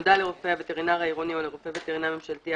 (ב)נודע לרופא הווטרינר העירוני או לרופא וטרינר ממשלתי,